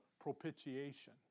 propitiation